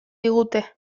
digute